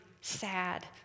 sad